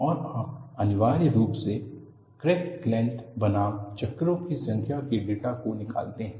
और आप अनिवार्य रूप से क्रैक लेंथ बनाम चक्रों की संख्या के डेटा को निकलते हैं